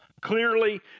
clearly